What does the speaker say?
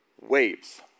Waves